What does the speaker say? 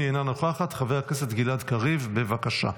אינה נוכחת,